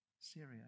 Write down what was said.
Syria